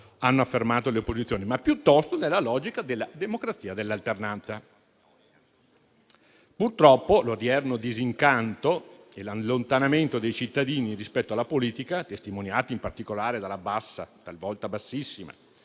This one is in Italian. hanno affermato le opposizioni, ma piuttosto nella logica della democrazia dell'alternanza. Purtroppo, l'odierno disincanto e l'allontanamento dei cittadini rispetto alla politica, testimoniati in particolare dalla bassa, talvolta bassissima,